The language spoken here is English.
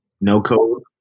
no-code